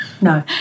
no